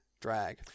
drag